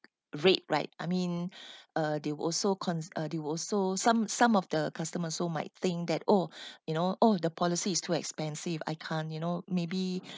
rate right I mean uh they'll also con~ uh they will also some some of the customer so might think that oh you know oh the policy is too expensive I can't you know maybe